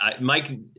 Mike